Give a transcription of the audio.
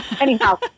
Anyhow